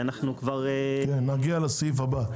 זה הסעיף הבא.